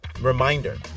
Reminder